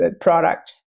product